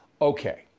Okay